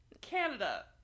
canada